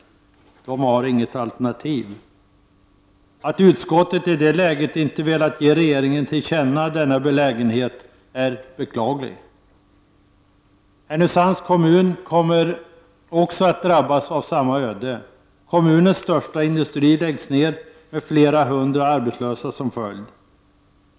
De har inget alternativ. Att utskottet i det läget inte har velat ge regeringen till känna detta är beklagligt. Härnösands kommun kommer också att drabbas av samma öde. Kommunens största industri läggs ned med flera hundra arbetslösa som följd.